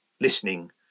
listening